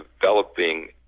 developing